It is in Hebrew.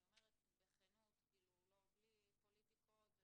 אני אומרת בכנות ובלי פוליטיקות,